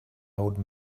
old